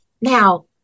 now